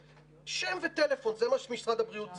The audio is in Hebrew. שם וטלפון, זה מה שמשרד הבריאות צריך.